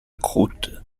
croûte